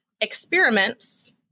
experiments